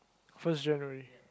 first January